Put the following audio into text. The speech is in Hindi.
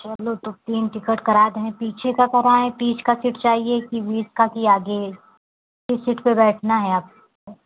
चलो तो तीन टिकट करा दें पीछे का कराएँ पीछे का सीट चाहिए कि बीच का कि आगे किस सीट पर बैठना है आपको